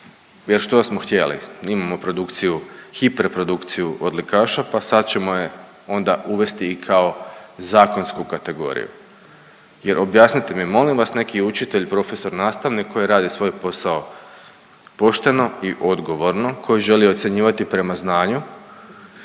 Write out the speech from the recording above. Jer što smo htjeli. Imamo produkciju, hiper produkciju odlikaša pa sad ćemo je onda uvesti i kao zakonsku kategoriju. Jer objasnite mi molim vas neki učitelj, profesor, nastavnik koji radi svoj posao pošteno i odgovorno, koji želi ocjenjivati prema znanju